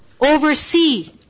oversee